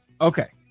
Okay